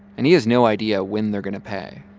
and he has no idea when they're going to pay.